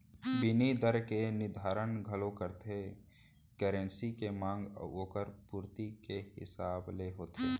बिनिमय दर के निरधारन घलौ करथे करेंसी के मांग अउ ओकर पुरती के हिसाब ले होथे